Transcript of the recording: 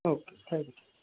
okay thank you